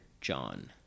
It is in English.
John